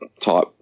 type